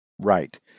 Right